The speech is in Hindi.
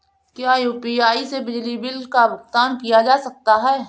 क्या यू.पी.आई से बिजली बिल का भुगतान किया जा सकता है?